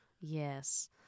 Yes